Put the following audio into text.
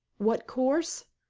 what course?